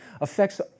affects